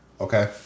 Okay